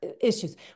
issues